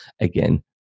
again